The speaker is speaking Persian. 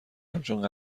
همچون